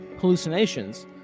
hallucinations